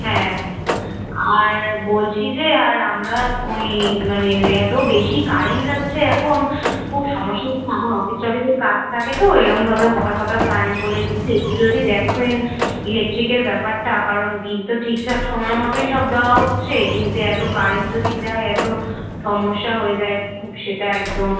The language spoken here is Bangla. হ্যাঁ হ্যাঁ আর বলছি যে আর আমরা ওই মানে ওই এতো বেশি কারেন যাচ্ছে একন খুব সমস্যা হচ্ছে আমার অফিস টফিসের কাজ থাকে তো এরমভাবে হঠাৎ হঠাৎ কারেন্ট চলে যাচ্ছে একটু যদি দেখেন ইলেকট্রিকের ব্যাপারটা কারণ বিল তো ঠিকঠাক সমায় মতোই সব দেওয়া হচ্ছে কিন্তু এতো কারেন্ট যদি যায় এতো সমস্যা হয়ে যায় খুব সেটা একদম